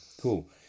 Cool